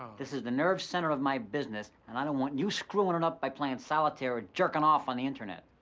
this is the nerve center of my business and i don't want you screwin' it up by playing solitaire or jerkin' off on the internet.